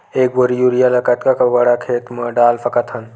एक बोरी यूरिया ल कतका बड़ा खेत म डाल सकत हन?